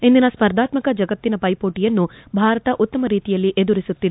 ಇಂದಿನ ಸ್ಪರ್ಧಾತ್ತಕ ಜಗತ್ತಿನ ಹೈಸೋಟಯನ್ನು ಭಾರತ ಉತ್ತಮ ರೀತಿಯಲ್ಲಿ ಎದುರಿಸುತ್ತಿದೆ